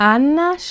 Anna